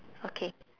okay